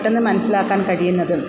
പെട്ടെന്ന് മനസ്സിലാക്കാൻ കഴിയുന്നതും